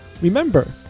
remember